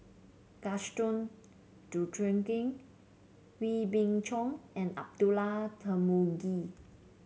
Gaston Dutronquoy Wee Beng Chong and Abdullah Tarmugi